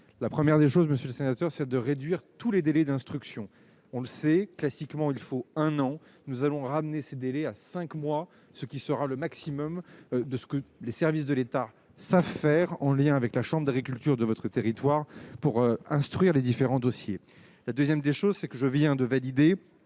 la première des choses, Monsieur le Sénateur, c'est de réduire tous les délais d'instruction, on le sait, classiquement, il faut un an nous allons ramener ce délai à 5 mois ce qui sera le maximum de ce que les services de l'État s'affairent en lien avec la Chambre d'agriculture de votre territoire pour instruire les différents dossiers, la 2ème des choses, c'est que je viens de valider